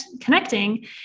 connecting